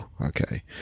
okay